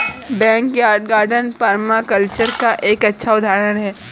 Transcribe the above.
backyard garden permaculture का एक अच्छा उदाहरण हैं